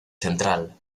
central